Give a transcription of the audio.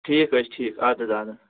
ٹھیٖک حظ چھِ ٹھیٖک اَدٕ حظ اَدٕ حظ